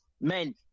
Men